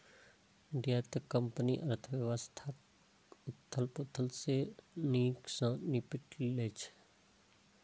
निर्यातक कंपनी अर्थव्यवस्थाक उथल पुथल सं नीक सं निपटि लै छै